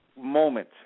moment